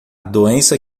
doença